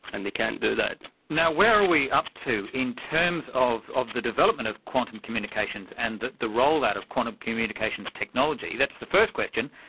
and they can't do that. where are we up to in terms of of the development of quantum communications and the the rollout of quantum communications technology? that's the first question.